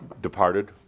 departed